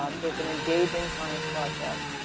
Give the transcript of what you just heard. um so it's an engaging science podcast.